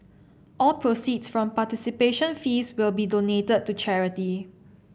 all proceeds from participation fees will be donated to charity